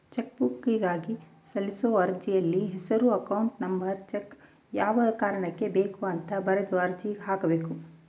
ಚೆಕ್ಬುಕ್ಗಾಗಿ ಸಲ್ಲಿಸೋ ಅರ್ಜಿಯಲ್ಲಿ ಹೆಸರು ಅಕೌಂಟ್ ನಂಬರ್ ಚೆಕ್ಬುಕ್ ಯಾವ ಕಾರಣಕ್ಕೆ ಬೇಕು ಅಂತ ಬರೆದು ಅರ್ಜಿ ಹಾಕಬೇಕು